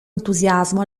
entusiasmo